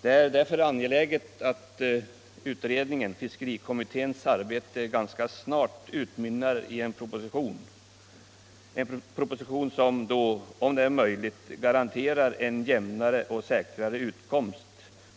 Det är därför angeläget att fiskerikommitténs arbete ganska snart utmynnar i en proposition — en proposition som, om det är möjligt, garanterar en jämnare och säkrare utkomst